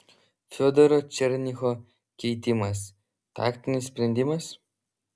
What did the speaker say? fiodoro černycho keitimas taktinis sprendimas